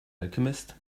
alchemist